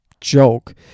joke